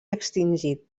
extingit